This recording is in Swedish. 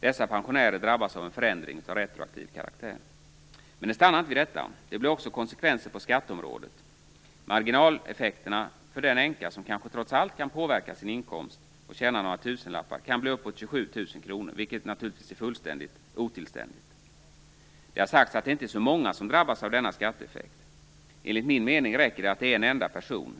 Dessa pensionärer drabbas av en förändring av retroaktiv karaktär. Men det stannar inte vid detta. Det blir också konsekvenser på skatteområdet. Marginaleffekterna för den änka som kanske trots allt kan påverka sin inkomst och tjäna några tusenlappar kan bli uppåt 27 000 kr, vilket naturligtvis är fullständigt otillständigt. Det har sagts att det inte är så många som drabbas av denna skatteeffekt. Enligt min mening räcker det att det är en enda person.